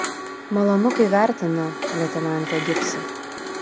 malonu kai vertina leitenante gibsai